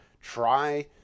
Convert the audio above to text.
Try